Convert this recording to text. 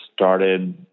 started